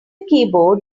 keyboard